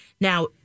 Now